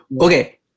Okay